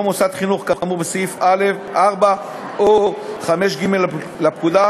מוסד חינוך כאמור בסעיף 4 או 5ג לפקודה,